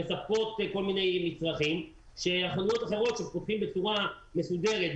שמספקות כל מיני מצרכים וחנויות אחרות שפותחות בצורה מסודרת,